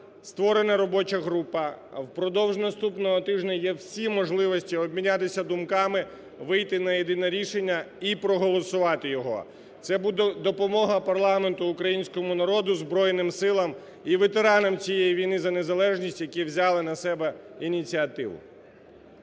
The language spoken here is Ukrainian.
Створена робоча група. Впродовж наступного тижня є всі можливості обмінятися думками, вийти на єдине рішення і проголосувати його. Це буде допомога парламенту, українському народу, Збройним Силам і ветеранам цієї війни за незалежність, які взяли на себе ініціативу.